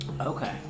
Okay